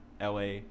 LA